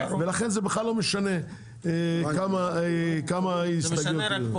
לכן זה בכלל לא משנה כמה הסתייגויות יהיו.